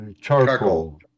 charcoal